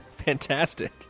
Fantastic